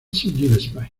gillespie